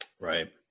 Right